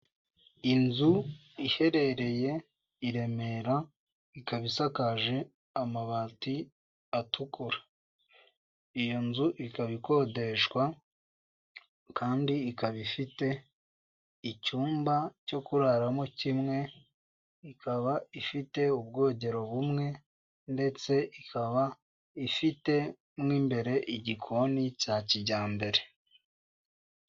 Inzu iherereye i Remera ikaba isakaje amabati atukura, iyo nzu ikaba ikodeshwa kandi ikaba ifite icyumba cyo kuraramo kimwe ikaba ifite ubwogero bumwe ndetse ikaba ifite mu imbere igikoni cya kijyambere.